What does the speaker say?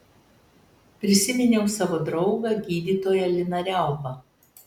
prisiminiau savo draugą gydytoją liną riaubą